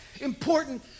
important